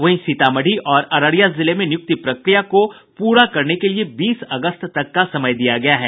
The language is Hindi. वहीं सीतामढ़ी और अररिया जिले में नियुक्ति प्रक्रिया को पूरा करने के लिये बीस अगस्त तक का समय दिया गया है